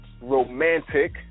Romantic